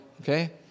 okay